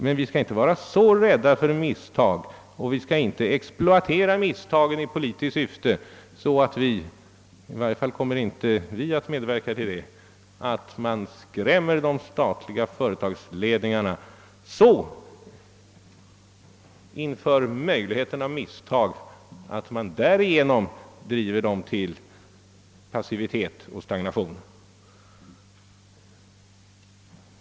Men vi skall inte vara så rädda för misstag och skall inte exploatera misstagen i politiskt syfte så att de statliga företagsledningarna blir så skrämda — i varje fall kommer vi inte att medverka till detta — inför möjligheten av felbedömningar att de därigenom drivs till passivitet och stagnation.